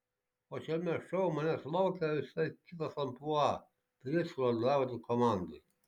o šiame šou manęs laukia visai kitas amplua turėsiu vadovauti komandai